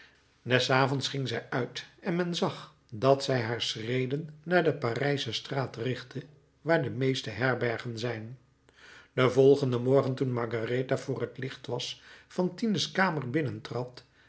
des avonds ging zij uit en men zag dat zij haar schreden naar de parijsche straat richtte waar de meeste herbergen zijn den volgenden morgen toen margaretha vr het licht was fantine's kamer